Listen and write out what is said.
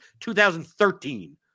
2013